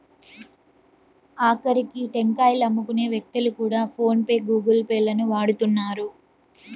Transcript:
ఆకరికి టెంకాయలమ్ముకునే వ్యక్తులు కూడా ఫోన్ పే గూగుల్ పే లను వాడుతున్నారు